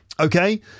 Okay